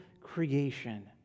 creation